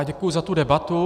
Děkuji za tu debatu.